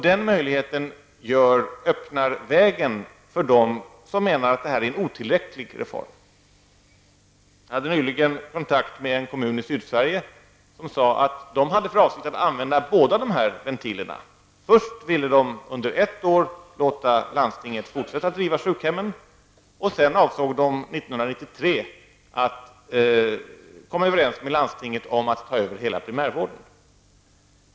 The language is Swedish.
Den möjligheten öppnar vägen för dem som anser att detta är en otillräcklig reform. Jag hade nyligen kontakt med en kommun i Sydsverige, där man sade att man hade för avsikt att använda båda dessa ventiler. Först ville man under ett år låta landstinget fortsätta att driva sjukhemmen. Sedan avsåg man att år 1993 komma överens med landstinget om att ta över hela primärvården.